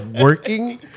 Working